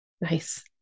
Nice